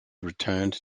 returned